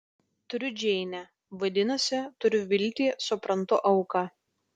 turiu džeinę vadinasi turiu viltį suprantu auką